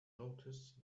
noticed